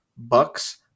Bucks